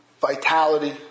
Vitality